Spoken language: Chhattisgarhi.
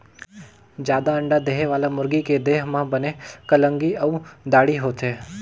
जादा अंडा देहे वाला मुरगी के देह म बने कलंगी अउ दाड़ी होथे